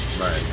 Right